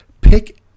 pick